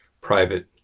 private